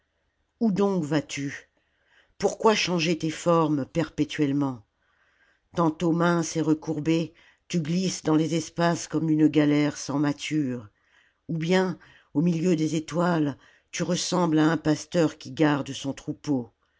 où donc vas-tu pourquoi changer tes formes perpétuellement tantôt mince et recourbée tu glisses dans les espaces comme une galère sans mâture ou bien au milieu des étoiles tu ressembles à un pasteur qui garde son troupeau